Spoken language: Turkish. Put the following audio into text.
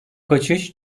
kaçış